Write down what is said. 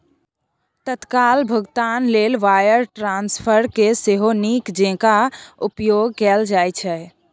तत्काल भोगतान लेल वायर ट्रांस्फरकेँ सेहो नीक जेंका उपयोग कैल जाइत छै